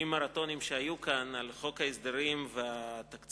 מרתוניים שהיו כאן על חוק ההסדרים והתקציב,